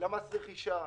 אנחנו ביקשנו חצי שנה.